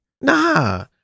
Nah